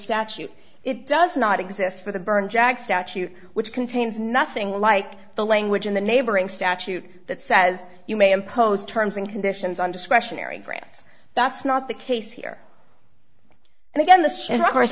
statute it does not exist for the burn jag statute which contains nothing like the language in the neighboring statute that says you may impose terms and conditions on discretionary grants that's not the case here and again the